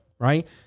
right